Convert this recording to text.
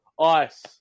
Ice